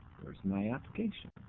is my application.